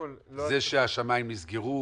זה שהשמים נסגרו?